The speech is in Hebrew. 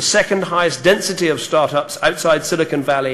יש כבוד בסיסי למיעוט ולאופוזיציה,